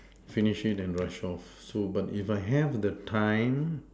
finish it and rush off full but if I have the time